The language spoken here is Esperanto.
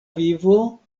vivo